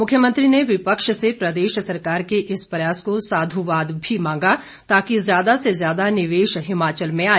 मुख्यमंत्री ने विपक्ष से प्रदेश सरकार के इस प्रयास को साधुवाद भी मांगा ताकि ज्यादा से ज्यादा निवेश हिमाचल में आए